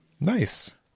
nice